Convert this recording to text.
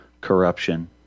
corruption